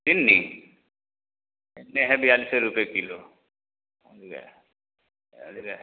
चीनी है बयालीस रुपए किलो समझ गए